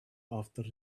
after